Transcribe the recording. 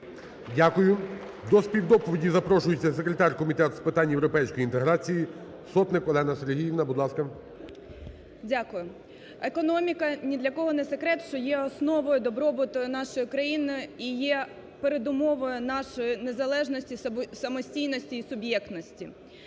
Дякую. До співдоповіді запрошується секретар Комітету з питань європейської інтеграції Сотник Олена Сергіївна, будь ласка. 11:01:18 СОТНИК О.С. Дякую. Економіка, ні для кого не секрет, що є основою добробуту нашої країни і є передумовою нашої незалежності, самостійності і суб'єктності.